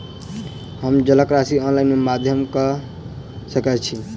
हम जलक राशि ऑनलाइन केँ माध्यम सँ कऽ सकैत छी?